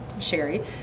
Sherry